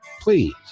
Please